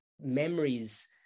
memories